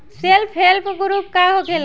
Self help group का होखेला?